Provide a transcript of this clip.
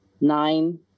nine